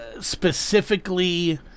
specifically